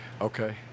Okay